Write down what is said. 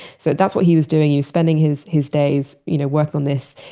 so that's what he was doing. he was spending his his days you know work on this,